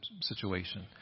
situation